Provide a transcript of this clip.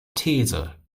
these